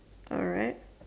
alright